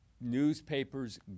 newspapers